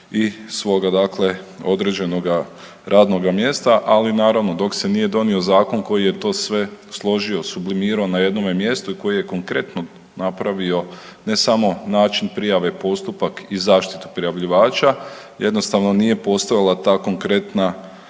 i svoga određenoga radnoga mjesta, ali naravno dok se nije donio zakon koji je to sve složio sublimirao na jednome mjestu koji je konkretno napravio ne samo način prijave, postupak i zaštitu prijavljivača jednostavno nije postojala ta konkretna